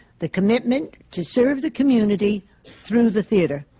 the commitment to serve the community through the theatre.